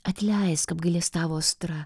atleisk apgailestavo astra